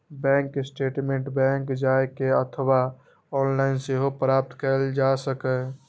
bank statement bank जाए के अथवा ऑनलाइन सेहो प्राप्त कैल जा सकैए